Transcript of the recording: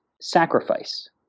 sacrifice